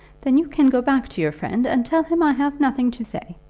then you can go back to your friend, and tell him i have nothing to say.